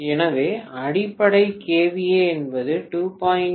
எனவே அடிப்படை kVA என்பது 2